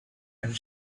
and